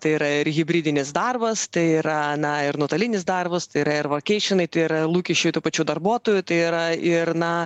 tai yra ir hibridinis darbas tai yra na ir nuotolinis darbas tai yra ir vorkeišinai tai yra lūkesčiai tuo pačiu darbuotojų tai yra ir na